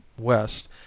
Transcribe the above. west